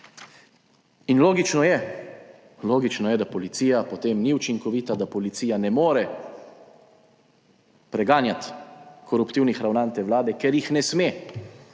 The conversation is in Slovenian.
je, logično je, da policija potem ni učinkovita, da policija ne more preganjati koruptivnih ravnanj te vlade, ker jih ne sme.